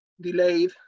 delayed